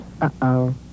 Uh-oh